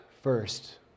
first